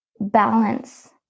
balance